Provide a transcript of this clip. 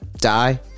die